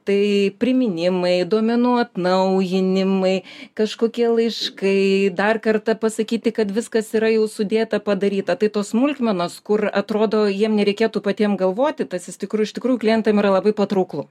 tai priminimai duomenų atnaujinimai kažkokie laiškai dar kartą pasakyti kad viskas yra jau sudėta padaryta tai tos smulkmenos kur atrodo jiem nereikėtų patiem galvoti tas is tikrų iš tikrųjų klientam yra labai patrauklu